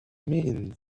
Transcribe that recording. mean